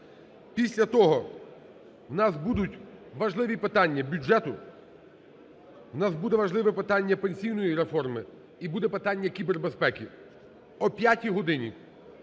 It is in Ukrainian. Після того в нас будуть важливі питання бюджету, в нас буде важливе питання пенсійної реформи, і буде питання кібербезпеки. О 5-й годині